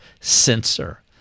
censor